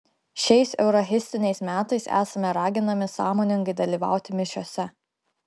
šiais eucharistiniais metais esame raginami sąmoningai dalyvauti mišiose